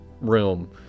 room